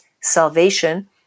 salvation